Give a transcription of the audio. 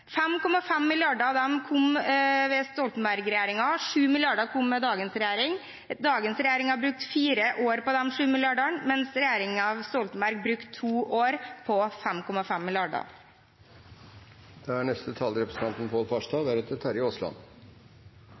5,5 mrd. kr kom med Stoltenberg-regjeringen, og 7 mrd. kr kom med dagens regjering. Dagens regjering har brukt fire år på de sju milliardene, mens regjeringen Stoltenberg brukte to år på 5,5 mrd. kr. Forenkling er